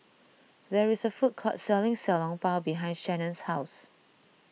there is a food court selling Xiao Long Bao behind Shannen's house